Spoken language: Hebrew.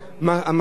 המסורת,